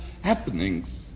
happenings